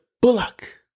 Bullock